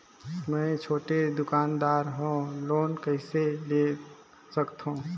मे छोटे दुकानदार हवं लोन कइसे ले सकथव?